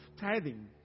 tithing